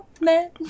Man